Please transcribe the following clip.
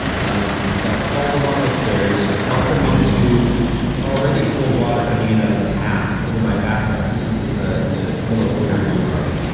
um like hauled them up my stairs. i dumped them into already cold water coming in out of the tap into my bathtub. and this is in the the middle of winter in new york.